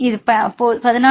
இது 14